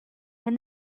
and